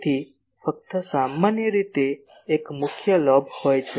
તેથી ફક્ત સામાન્ય રીતે એક મુખ્ય લોબ હોય છે